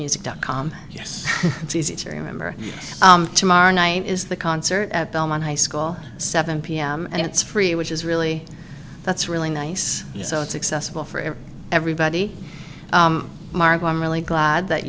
music dot com yes it's easy to remember tomorrow night is the concert at belmont high school seven pm and it's free which is really that's really nice so it's accessible for everybody margo i'm really glad that